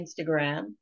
Instagram